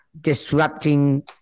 disrupting